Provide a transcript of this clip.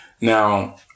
Now